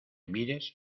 mires